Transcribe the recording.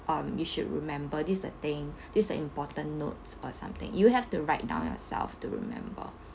um you should remember this the thing this the important notes or something you have to write down yourself to remember